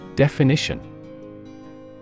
Definition